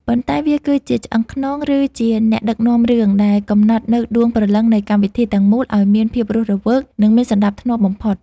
ប៉ុន្តែវាគឺជា «ឆ្អឹងខ្នង» ឬជា «អ្នកដឹកនាំរឿង» ដែលកំណត់នូវដួងព្រលឹងនៃកម្មវិធីទាំងមូលឱ្យមានភាពរស់រវើក និងមានសណ្តាប់ធ្នាប់បំផុត។